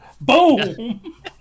Boom